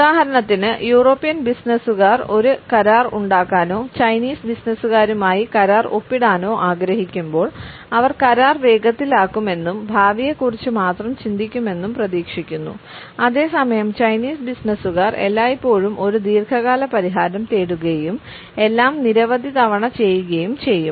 ഉദാഹരണത്തിന് യൂറോപ്യൻ ബിസിനസുകാർ ഒരു കരാർ ഉണ്ടാക്കാനോ ചൈനീസ് ബിസിനസുകാരുമായി കരാർ ഒപ്പിടാനോ ആഗ്രഹിക്കുമ്പോൾ അവർ കരാർ വേഗത്തിലാക്കുമെന്നും ഭാവിയെക്കുറിച്ച് മാത്രം ചിന്തിക്കുമെന്നും പ്രതീക്ഷിക്കുന്നു അതേസമയം ചൈനീസ് ബിസിനസുകാർ എല്ലായ്പ്പോഴും ഒരു ദീർഘകാല പരിഹാരം തേടുകയും എല്ലാം നിരവധി തവണ ചെയ്യുകയും ചെയ്യും